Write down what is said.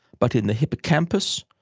but in the hippocampus,